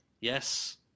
Yes